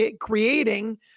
creating